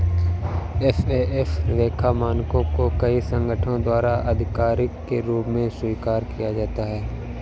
FAF लेखा मानकों को कई संगठनों द्वारा आधिकारिक के रूप में स्वीकार किया जाता है